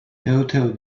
toto